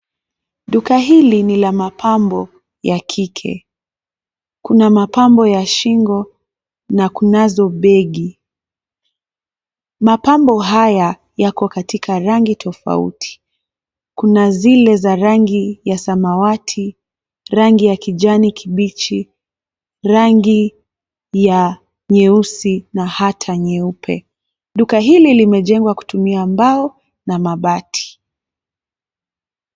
Duka hili ni la mapambo ya kike. Kuna mapambo ya shingo na kunazo begi. Mapambo haya yako katika rangi tofauti kuna zile za rangi ya samawati, rangi ya kijani kibichi rangi ya nyeusi na hata nyeupe. Duka hili limejengwa kutumia mbao na mabati.